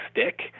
stick